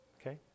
Okay